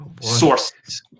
Sources